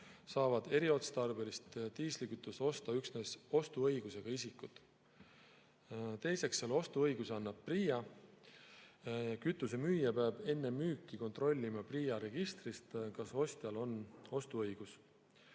saavad eriotstarbelist diislikütust osta üksnes ostuõigusega isikud. Teiseks, selle ostuõiguse annab PRIA. Kütusemüüja peab enne müüki kontrollima PRIA registrist, kas ostjal on ostuõigus. Kuidas